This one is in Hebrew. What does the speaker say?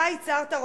אתה הצהרת,